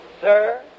Sir